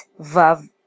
Vav